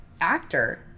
actor